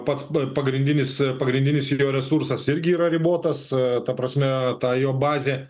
pats pagrindinis pagrindinis resursas irgi yra ribotas ta prasme ta jo bazė